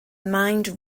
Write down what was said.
mind